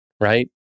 right